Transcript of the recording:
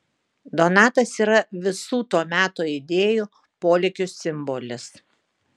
donatas yra visų to meto idėjų polėkių simbolis